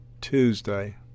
Tuesday